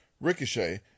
Ricochet